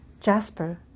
Jasper